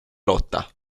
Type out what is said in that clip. lotta